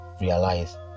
realize